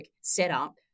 setup